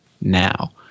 now